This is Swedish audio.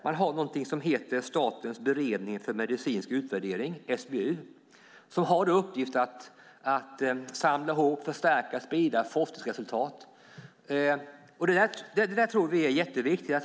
Det finns någonting som heter Statens beredning för medicinsk utvärdering, SBU, som har i uppgift att samla ihop, förstärka och sprida forskningsresultat. Det tror vi är viktigt.